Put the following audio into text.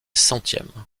centième